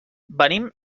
venim